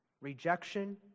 Rejection